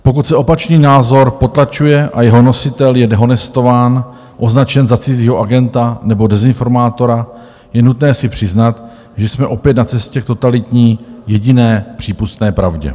Pokud se opačný názor potlačuje a jeho nositel je dehonestován, označen za cizího agenta nebo dezinformátora, je nutné si přiznat, že jsme opět na cestě k totalitní, jediné přípustné pravdě.